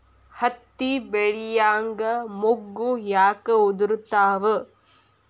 ಹತ್ತಿ ಬೆಳಿಯಾಗ ಮೊಗ್ಗು ಯಾಕ್ ಉದುರುತಾವ್?